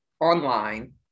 online